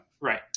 Right